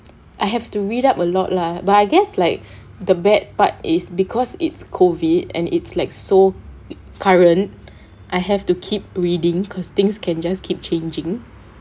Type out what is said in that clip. I have to read up a lot lah but I guess like the bad part is because it's COVID and it's like so current I have to keep reading because things can just keep changing